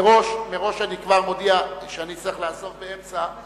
מראש אני מודיע שאני אצטרך לעזוב באמצע,